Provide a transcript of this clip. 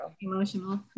Emotional